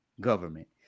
government